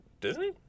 Disney